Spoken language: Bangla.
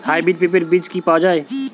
হাইব্রিড পেঁপের বীজ কি পাওয়া যায়?